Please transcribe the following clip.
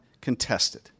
contested